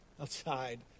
outside